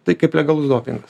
tai kaip legalus dopingas